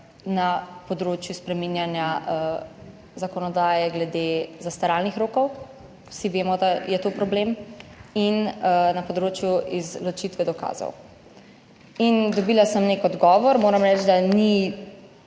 na področju spreminjanja zakonodaje glede zastaralnih rokov. Vsi vemo, da je to problem na področju izločitve dokazov. In dobila sem nek odgovor, ki, moram reči, ni